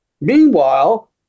Meanwhile